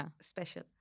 special